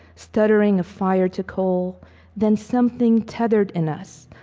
stuttering of fire to coal then something tethered in us,